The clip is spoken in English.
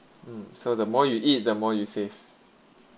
mm so the more you eat the more you save